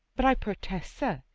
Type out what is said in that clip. but i protest, sir,